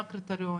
מה הקריטריונים.